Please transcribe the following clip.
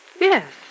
Yes